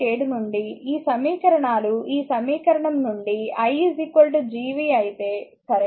7 నుండి ఈ సమీకరణాలు ఈ సమీకరణం నుండి i Gv అయితే సరే